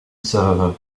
server